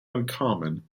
uncommon